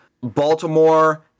Baltimore